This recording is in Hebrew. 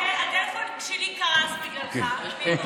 הטלפון שלי קרס בגללך, פינדרוס.